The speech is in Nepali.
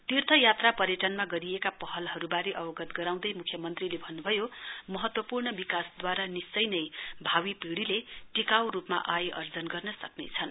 तीर्थयात्रा पर्यटनमा गरिएका पहलबारे अवगत गराउँदै म्ख्यमन्त्रीले भन्न् भयो महत्वपूर्ण विकासद्वारा निश्चय नै भावी पिढ़ीले टिकाउ रूपमा आय अर्जन गर्न सक्नेछन्